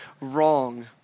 wrong